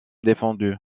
défendu